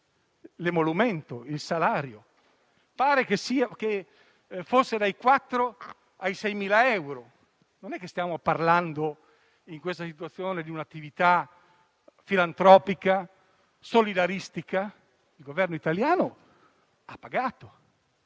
emolumento o il loro salario; pare che fosse dai 4.000 ai 6.000 euro, quindi non è che stiamo parlando, in questa situazione, di un'attività filantropica o solidaristica. Il Governo italiano ha pagato